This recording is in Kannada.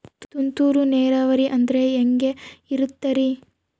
ತುಂತುರು ನೇರಾವರಿ ಅಂದ್ರೆ ಹೆಂಗೆ ಇರುತ್ತರಿ?